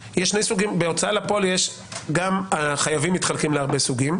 בהוצאה לפועל החייבים מתחלקים להרבה סוגים,